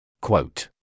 Quote